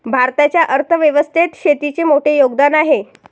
भारताच्या अर्थ व्यवस्थेत शेतीचे मोठे योगदान आहे